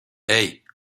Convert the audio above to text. hey